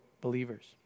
believers